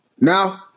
Now